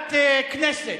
ועדת הכנסת.